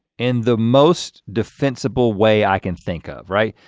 in the most defensible way i can think of, right?